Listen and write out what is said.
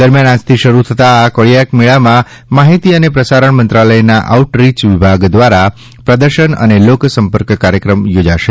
દરમિયાન આજથી શરૂ થતાં આ કોળીયાક મેળામાં માહિતી અને પ્રસારણ મંત્રાલયના આઉટરીય વિભાગ ધ્વારા પ્રદર્શન અને લોકસંપર્ક કાર્યક્રમ યોજાશે